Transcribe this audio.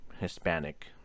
hispanic